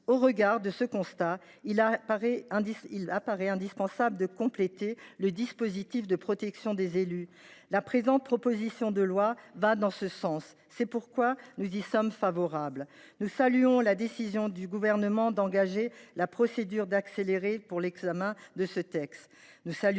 Au regard de ce constat, il apparaît indispensable de compléter le dispositif de protection des élus. La présente proposition de loi va dans ce sens ; c’est pourquoi nous y sommes favorables. Nous saluons la décision du Gouvernement d’engager la procédure accélérée pour l’examen de ce texte.